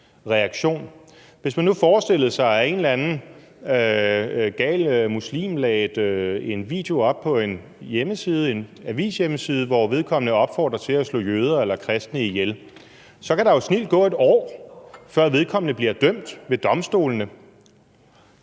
Hvis man nu forestillede sig, at en eller anden gal muslim lagde en video op på en hjemmeside, en avishjemmeside, hvor vedkommende opfordrer til at slå jøder eller kristne ihjel, kan der jo snildt gå et år, før vedkommende bliver dømt ved domstolene.